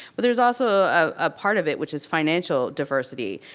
but there's also a part of it which is financial diversity.